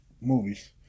movies